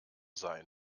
sein